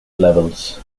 levels